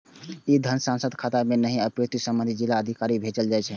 ई धन सांसदक खाता मे नहि, अपितु संबंधित जिलाधिकारी कें भेजल जाइ छै